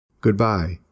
Goodbye